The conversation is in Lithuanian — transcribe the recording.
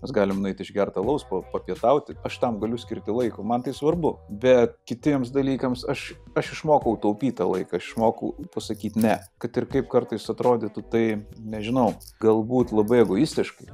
mes galim nueiti išgerti alaus pa papietauti aš tam galiu skirti laiko man tai svarbu bet kitiems dalykams aš aš išmokau taupyt tą laiką aš išmokau pasakyt ne kad ir kaip kartais atrodytų tai nežinau galbūt labai egoistiškai